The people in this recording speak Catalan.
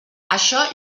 això